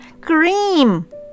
Cream